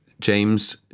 James